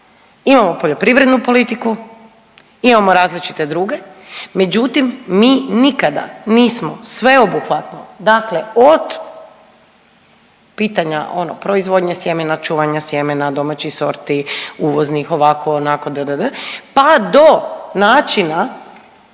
Imamo poljoprivrednu politiku, imamo različite druge, međutim mi nikada nismo sveobuhvatno dakle od pitanja ono proizvodnje sjemena, čuvanja sjemena domaćih sorti, uvoznih ovako, onako dddd, pa do načina